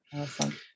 Awesome